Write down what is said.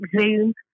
Zoom